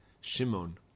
Shimon